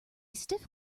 stiff